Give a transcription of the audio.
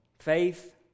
Faith